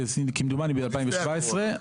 כמדומני בשנת 2017,